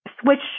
switch